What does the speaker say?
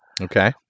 Okay